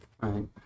Right